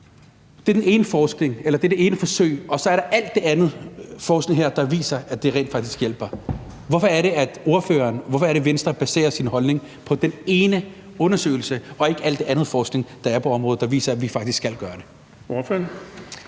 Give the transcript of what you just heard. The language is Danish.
Det er det ene forsøg. Og så er der al den anden forskning her, der viser, at det reelt faktisk hjælper. Hvorfor er det, at ordføreren og Venstre baserer deres holdning på den ene undersøgelse og ikke al den anden forskning, der er på området, som viser, at vi faktisk skal gøre det? Kl.